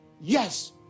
Yes